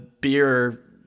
beer